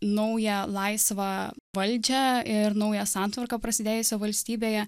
naują laisvą valdžią ir naują santvarką prasidėjusią valstybėje